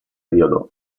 periodo